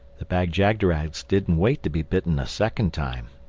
the bag-jagderags didn't wait to be bitten a second time,